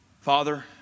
Father